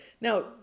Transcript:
Now